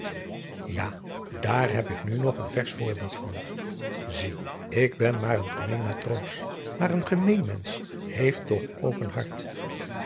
a daar heb ik nu nog een versch voorbeeld van ie ik ben maar gemeen matroos maar een gemeen mensch heeft toch ook een hart